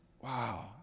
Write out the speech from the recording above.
wow